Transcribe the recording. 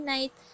Night